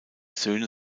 söhne